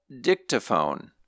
Dictaphone